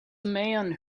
man